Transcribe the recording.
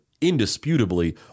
indisputably